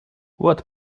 what